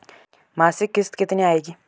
मासिक किश्त कितनी आएगी?